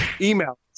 Email